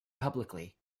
publicly